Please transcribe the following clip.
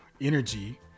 energy